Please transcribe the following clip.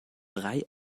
drei